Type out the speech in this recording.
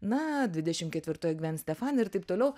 na dvidešim ketvirtoj gven stefani ir taip toliau